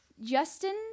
Justin